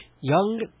Young